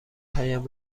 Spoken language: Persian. هایم